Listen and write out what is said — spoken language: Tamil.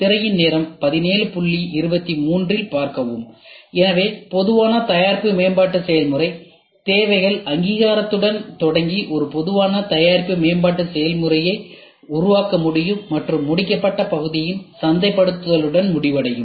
திரையின் நேரம் 1723 இல் பார்க்கவும் எனவே பொதுவான தயாரிப்பு மேம்பாட்டு செயல்முறை தேவைகள் அங்கீகாரத்துடன் தொடங்கி ஒரு பொதுவான தயாரிப்பு மேம்பாட்டு செயல்முறையை உருவாக்க முடியும் மற்றும் முடிக்கப்பட்ட பகுதியின் சந்தைப்படுத்துதலுடன் முடிவடையும்